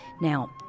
now